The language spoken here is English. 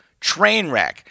Trainwreck